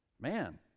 Man